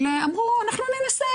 אמרו, אנחנו ננסה.